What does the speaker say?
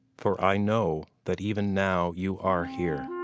for i know that even now you are here.